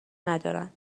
ندارند